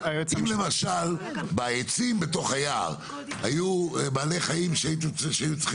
אם למשל בעצים ביער היו בעלי חיים שהיה צריך